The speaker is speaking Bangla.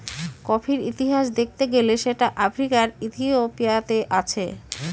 কফির ইতিহাস দেখতে গেলে সেটা আফ্রিকার ইথিওপিয়াতে আছে